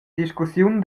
discussiun